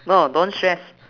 no don't stress